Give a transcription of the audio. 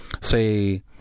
say